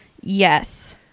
Yes